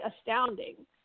astounding